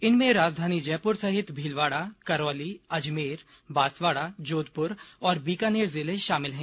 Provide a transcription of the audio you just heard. इनमें राजधानी जयपुर सहित भीलवाड़ा करौली अजमेर बांसवाड़ा जोधपुर और बीकानेर जिले शामिल हैं